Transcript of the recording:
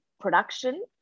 production